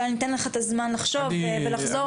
אבל אני אתן לך את הזמן לחשוב ולחזור אליי.